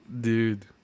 dude